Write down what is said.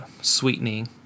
sweetening